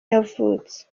yavutse